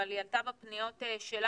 אבל היא עלתה בפניות שלנו,